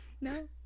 no